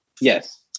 yes